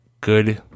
good